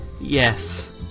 yes